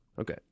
Okay